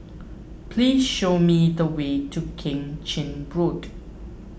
please show me the way to Keng Chin Road